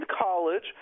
college